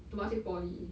temasek poly